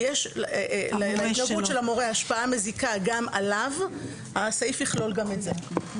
ויש להתנהגות של המורה השפעה מזיקה גם עליו הסעיף יכלול גם את זה.